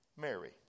Mary